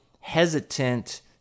hesitant